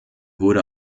wurde